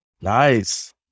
Nice